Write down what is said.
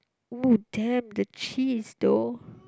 !ooh! damn the cheese though